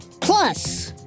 Plus